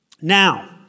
Now